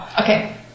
Okay